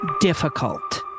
difficult